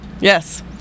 Yes